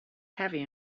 heavy